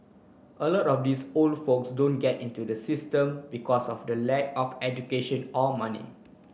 a lot of these old folks don't get into the system because of the lack of education or money